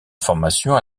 formation